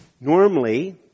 Normally